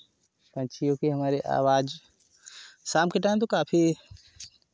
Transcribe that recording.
पक्षियों की हमारी आवाज़ शाम के टाइम तो काफ़ी